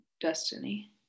destiny